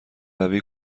روی